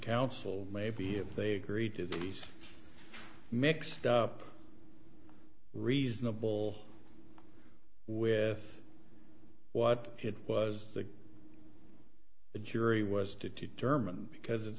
counsel maybe if they agreed to these mixed up reasonable with what it was the jury was determined because it